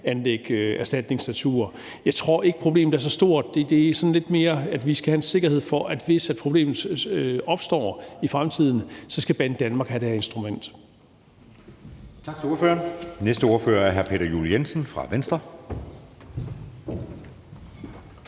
anlægge erstatningsnatur. Jeg tror ikke, problemet er så stort. Det handler mere om, at vi skal have en sikkerhed for, at hvis problemet opstår i fremtiden, skal Banedanmark have det her instrument.